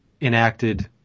enacted